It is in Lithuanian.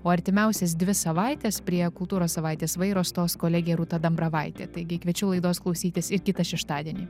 o artimiausias dvi savaites prie kultūros savaitės vairo stos kolegė rūta dambravaitė taigi kviečiu laidos klausytis ir kitą šeštadienį